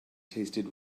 tasted